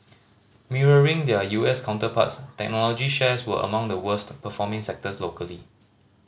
mirroring their U S counterparts technology shares were among the worst performing sectors locally